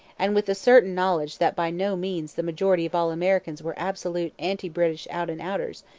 and with the certain knowledge that by no means the majority of all americans were absolute anti-british out-and-outers,